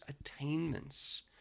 attainments